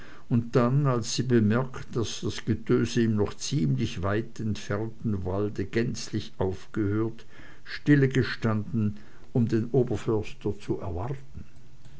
und dann als sie bemerkt daß das getöse im noch ziemlich weit entfernten walde gänzlich aufgehört stille gestanden um den oberförster zu erwarten